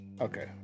Okay